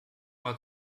mal